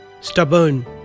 stubborn